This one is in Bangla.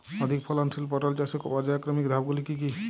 অধিক ফলনশীল পটল চাষের পর্যায়ক্রমিক ধাপগুলি কি কি?